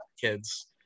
kids